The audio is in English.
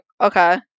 okay